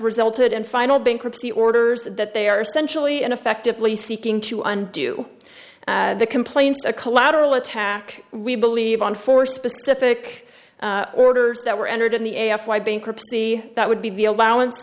resulted in final bankruptcy orders that they are essentially and effectively seeking to undo the complaints a collateral attack we believe on four specific orders that were entered in the a f y bankruptcy that would be the allowance